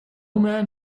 man